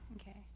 Okay